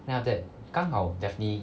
then after that 刚好 daphne